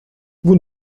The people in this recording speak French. vous